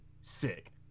Sick